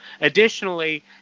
Additionally